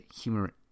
humor